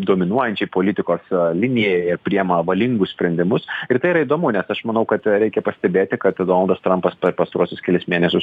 dominuojančiai politikos linijai jie priima valingus sprendimus ir tai yra įdomu nes aš manau kad reikia pastebėti kad donaldas trampas per pastaruosius kelis mėnesius